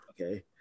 okay